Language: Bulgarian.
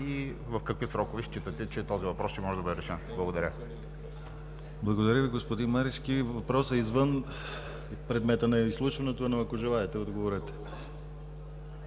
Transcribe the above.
и в какви срокове считате, че този въпрос ще може да бъде решен? Благодаря. ПРЕДСЕДАТЕЛ ДИМИТЪР ГЛАВЧЕВ: Благодаря Ви, господин Марешки. Въпросът е извън предмета на изслушването, но ако желаете –отговорете.